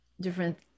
different